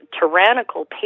tyrannical